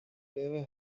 never